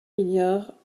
milliards